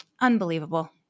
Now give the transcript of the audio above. Unbelievable